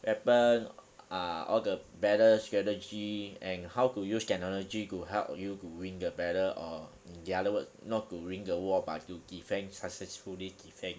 weapon ah all the better strategy and how to use technology to help you to win the battle or in the other word not to win the war but to defend successfully defend